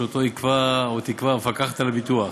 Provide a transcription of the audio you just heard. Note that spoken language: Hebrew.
שאותו תקבע המפקחת על הביטוח.